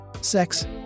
Sex